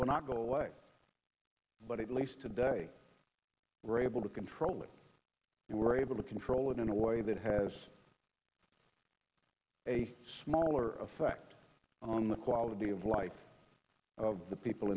not go away but at least today we're able to control it and we're able to control it in a way that has a smaller effect on the quality of life of the people